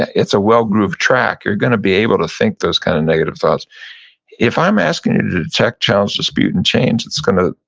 and it's a well-grooved track. you're gonna be able to think those kinda kind of negative thoughts if i'm asking you to check, challenge, dispute and change, it's gonna,